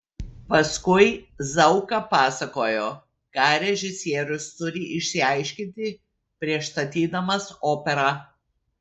paskui zauka pasakojo ką režisierius turi išsiaiškinti prieš statydamas operą